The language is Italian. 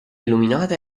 illuminata